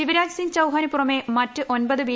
ശിവരാജ് സിംഗ് ചൌഹാന് പുറമേ മറ്റ് ഒമ്പത് ബി